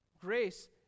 Grace